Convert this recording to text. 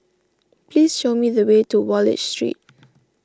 please show me the way to Wallich Street